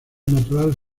natural